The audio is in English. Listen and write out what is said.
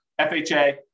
FHA